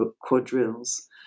quadrilles